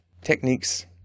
techniques